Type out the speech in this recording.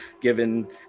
given